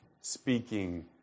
speaking